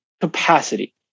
capacity